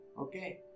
Okay